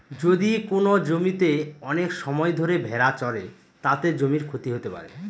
যদি কোনো জমিতে অনেক সময় ধরে ভেড়া চড়ে, তাতে জমির ক্ষতি হতে পারে